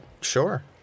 Sure